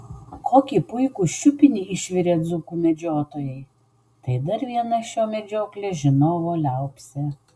kokį puikų šiupinį išvirė dzūkų medžiotojai tai dar viena šio medžioklės žinovo liaupsė